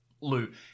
Lou